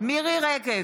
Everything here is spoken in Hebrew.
מירי מרים רגב,